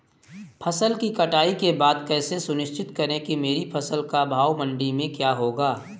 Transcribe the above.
फसल की कटाई के बाद कैसे सुनिश्चित करें कि मेरी फसल का भाव मंडी में क्या होगा?